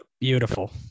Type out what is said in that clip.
Beautiful